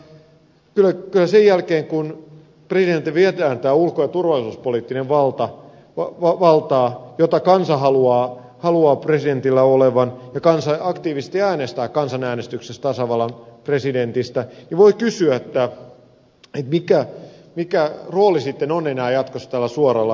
kyllä sen jälkeen kun presidentiltä viedään tämä ulko ja turvallisuuspoliittinen valta jota kansa haluaa presidentillä olevan ja kansa aktiivisesti äänestää kansanäänestyksessä tasavallan presidentistä voi kysyä mikä rooli sitten on enää jatkossa tällä suoralla kansanvaalilla